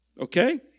Okay